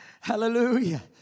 Hallelujah